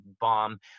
bomb